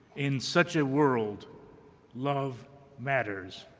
in such a world love matters.